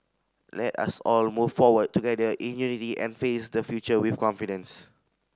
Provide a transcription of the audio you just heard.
let us all move forward together in unity and face the future with confidence